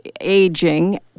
aging